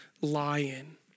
lion